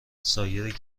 سایر